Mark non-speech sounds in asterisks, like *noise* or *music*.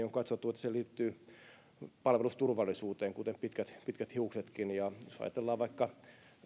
*unintelligible* on katsottu että tämä parta asia liittyy palvelusturvallisuuteen kuten pitkät pitkät hiuksetkin jos ajatellaan vaikka